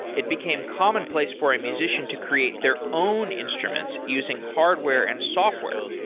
it became commonplace for a musician to create their own instruments using hardware and software.